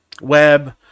web